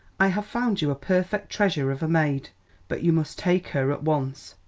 i have found you a perfect treasure of a maid but you must take her at once.